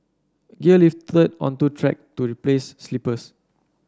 gear lifted unto track to replace sleepers